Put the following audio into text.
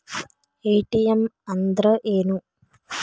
ATM ಅಂದ್ರ ಏನು?